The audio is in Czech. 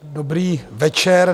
Dobrý večer.